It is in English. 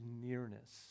nearness